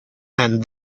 and